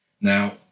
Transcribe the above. Now